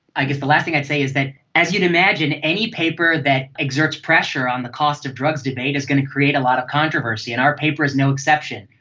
i guess the last thing i'd say is that as you'd imagine, any paper that exerts pressure on the cost of drugs debate is going to create a lot of controversy and our paper is no exception.